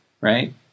right